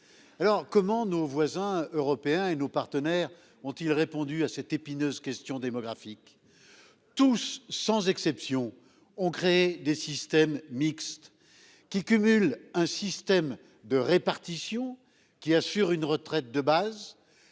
Alors comment nos voisins européens et nos partenaires ont-ils répondu à cette épineuse question démographique. Tous sans exception ont créé des systèmes mixtes, qui cumule un système de répartition qui assure une retraite de base.